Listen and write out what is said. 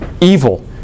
evil